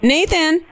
Nathan